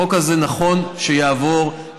החוק הזה נכון שיעבור,